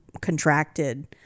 contracted